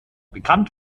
bekannt